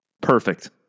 perfect